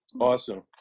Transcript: Awesome